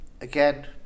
again